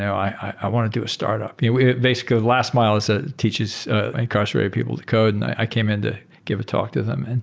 i want to do a startup. basically the last mile ah teaches incarcerated people to code and i came in to give a talk to them. and